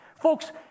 Folks